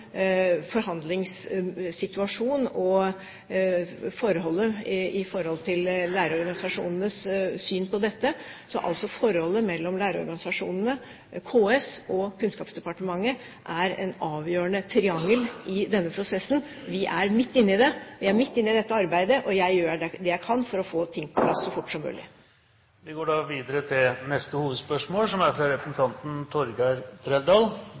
og av forhandlingssituasjon og forholdet til lærerorganisasjonenes syn på dette. Så forholdet mellom lærerorganisasjonene, KS og Kunnskapsdepartementet er en avgjørende triangel i denne prosessen. Vi er midt inne i dette arbeidet, og jeg gjør det jeg kan for å få ting på plass så fort som mulig. Vi går da videre til neste hovedspørsmål.